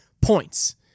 points